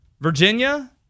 Virginia